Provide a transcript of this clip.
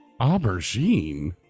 Aubergine